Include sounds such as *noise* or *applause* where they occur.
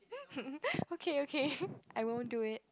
*laughs* okay okay I will do it